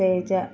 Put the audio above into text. Teja